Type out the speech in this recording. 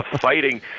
fighting